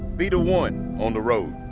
be the one on the road.